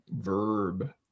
verb